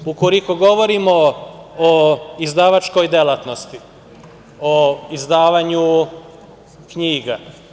Ukoliko govorimo o izdavačkoj delatnosti, o izdavanju knjiga.